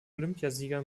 olympiasieger